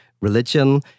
religion